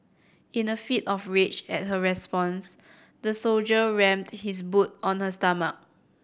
in a fit of rage at her response the soldier rammed his boot on her stomach